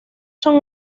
son